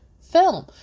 film